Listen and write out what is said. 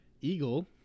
Eagle